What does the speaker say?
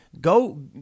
go